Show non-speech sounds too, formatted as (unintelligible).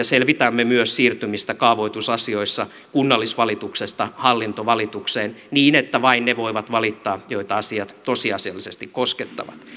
(unintelligible) selvitämme myös siirtymistä kaavoitusasioissa kunnallisvalituksesta hallintovalitukseen niin että vain he voivat valittaa joita asiat tosiasiallisesti koskettavat